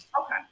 okay